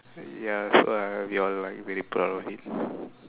ya so like we all like really proud of it